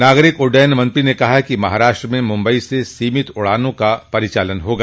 नागरिक उड्डयन मंत्री ने कहा कि महाराष्ट्र में मुंबई से सीमित उड़ानों का परिचालन होगा